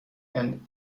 and